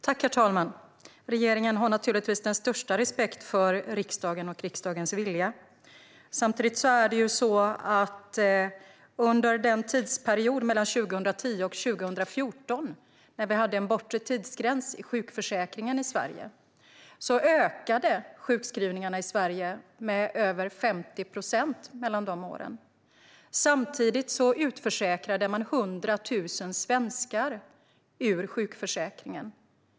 Herr talman! Regeringen har naturligtvis den största respekt för riksdagen och riksdagens vilja. Under tidsperioden 2010-2014, när det fanns en bortre tidsgräns i sjukförsäkringen i Sverige, ökade sjukskrivningarna med över 50 procent. Samtidigt utförsäkrades 100 000 svenskar ur sjukförsäkringen.